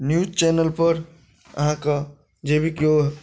news channel पर अहाँ कऽ जेभी केओ